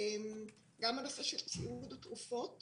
גם בנושא של ציוד ותרופות